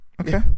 Okay